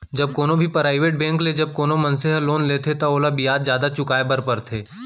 जब कोनो भी पराइबेट बेंक ले जब कोनो मनसे ह लोन लेथे त ओला बियाज जादा चुकाय बर परथे